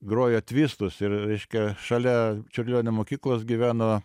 grojo tvistus ir reiškia šalia čiurlionio mokyklos gyveno